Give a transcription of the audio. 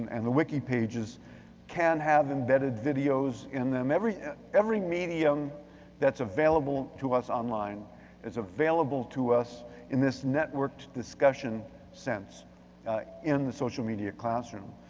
and the wiki pages can have embedded videos in them, every every medium that's available to us online is available to us in this networked discussion sense in the social media classroom.